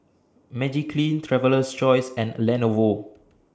Magiclean Traveler's Choice and Lenovo